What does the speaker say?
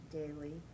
daily